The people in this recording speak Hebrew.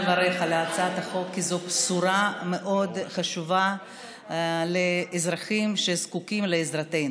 לברך על הצעת החוק כי זאת בשורה מאוד חשובה לאזרחים שזקוקים לעזרתנו.